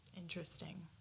interesting